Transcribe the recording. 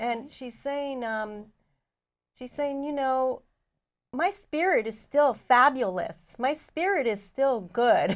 and she saying she's saying you know my spirit is still fabulous my spirit is still good